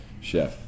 Chef